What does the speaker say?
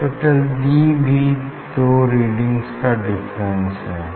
capital D भी दो readings का डिफरेंस है